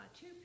two